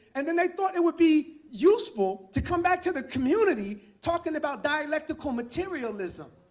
and then they thought it would be useful to come back to the community talking about dialectical materialism.